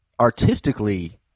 artistically